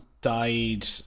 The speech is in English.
died